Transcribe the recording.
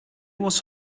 was